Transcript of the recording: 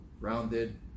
rounded